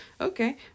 Okay